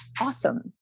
awesome